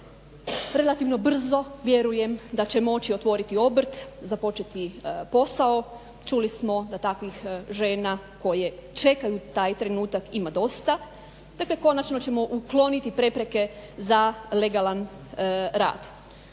relativno brzo vjerujem da će moći otvoriti obrt, započeti posao, čuli smo da takvih žena koje čekaju taj trenutak ima dosta, dakle konačno ćemo ukloniti prepreke za legalan rad.